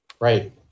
right